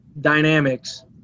dynamics